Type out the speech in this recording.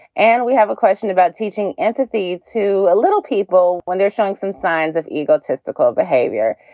and we have a question about teaching empathy to a little people when they're showing some signs of egotistical behavior.